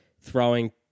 throwing